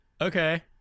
Okay